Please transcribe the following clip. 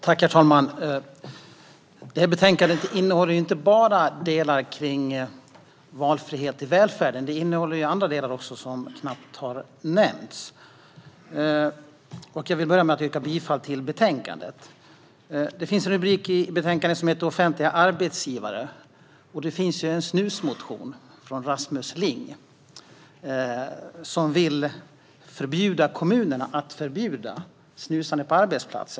Herr talman! Betänkandet innehåller inte bara delar om valfrihet i välfärden. Det innehåller också andra delar men som knappt har nämnts. Jag vill börja med att yrka bifall till förslaget till beslut. Det finns en rubrik i betänkandet som heter Offentliga arbetsgivare. Och det finns en snusmotion från Rasmus Ling, som vill förbjuda kommunerna att förbjuda snusande på arbetsplatsen.